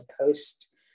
post